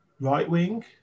right-wing